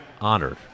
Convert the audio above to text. honored